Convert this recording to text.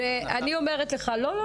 לא, לא.